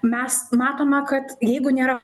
mes matome kad jeigu nėra